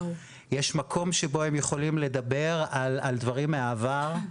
יש להם מקום שבו הם יכולים לדבר על דברים מהעבר שלהם,